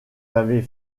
avez